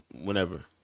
whenever